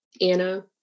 Anna